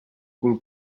cul